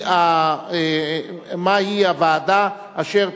להצביע, אין ויכוח בכלל.